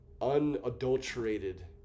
unadulterated